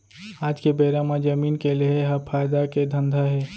आज के बेरा म जमीन के लेहे ह फायदा के धंधा हे